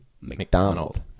McDonald